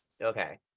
okay